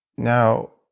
now,